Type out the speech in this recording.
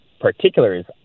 particulars